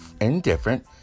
indifferent